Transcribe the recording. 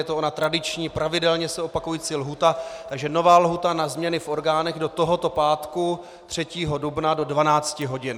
Je to tradiční, pravidelně se opakující lhůta, takže nová lhůta na změny v orgánech je do tohoto pátku 3. dubna do 12 hodin.